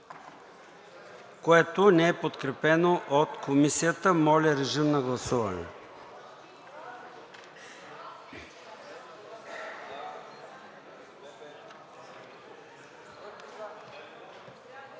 5. Не е подкрепено от Комисията. Моля, режим на гласуване.